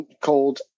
called